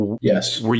Yes